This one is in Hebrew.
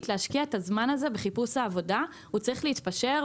להשקיע את הזמן הזה בחיפוש העבודה והוא צריך להתפשר.